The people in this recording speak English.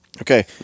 Okay